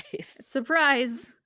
Surprise